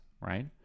right